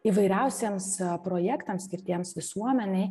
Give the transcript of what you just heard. įvairiausiems projektams skirtiems visuomenei